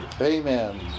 Amen